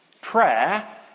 Prayer